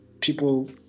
people